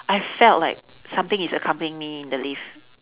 I felt like something is accompanying me in the lift